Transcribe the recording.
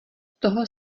toho